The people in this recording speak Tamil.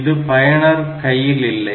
இது பயனர் கையில் இல்லை